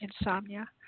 Insomnia